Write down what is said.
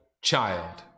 child